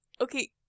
Okay